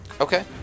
Okay